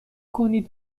کنید